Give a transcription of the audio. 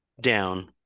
down